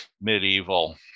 medieval